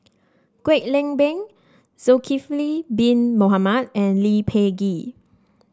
Kwek Leng Beng Zulkifli Bin Mohamed and Lee Peh Gee